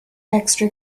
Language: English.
extra